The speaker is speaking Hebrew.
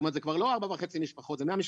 זאת אומרת, זה כבר לא 4.5 משפחות, זה 100 משפחות.